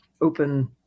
open